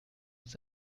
als